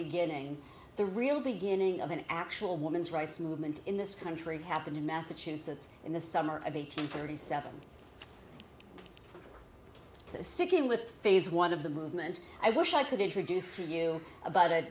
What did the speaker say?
beginning the real beginning of an actual women's rights movement in this country happened in massachusetts in the summer of a temporary seven sicking with phase one of the movement i wish i could introduce to you about a